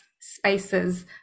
spaces